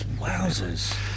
Wowzers